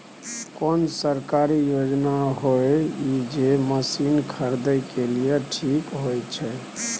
कोन सरकारी योजना होय इ जे मसीन खरीदे के लिए ठीक होय छै?